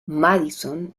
madison